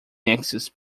nexus